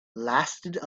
lasted